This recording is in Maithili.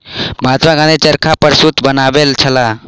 महात्मा गाँधी चरखा पर सूत बनबै छलाह